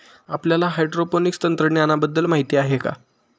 आपल्याला हायड्रोपोनिक्स तंत्रज्ञानाबद्दल माहिती आहे का?